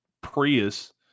Prius